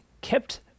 kept